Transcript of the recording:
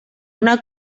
una